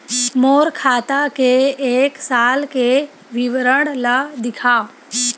मोर खाता के एक साल के विवरण ल दिखाव?